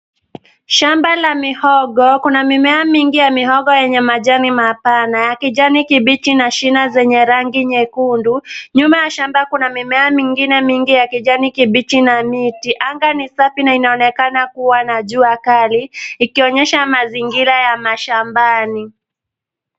Shamba la mihogo, kuna mimea mingi ya mihogo yenye majani mapana, kijani kibichi na shina zenye rangi nyekundu, nyuma ya shamba kuna mimea mingine mingi ya kijani kibichi na miti, anga ni safi na inaonekana kuwa na jua kali ikionyesha mazingira ya mashambani.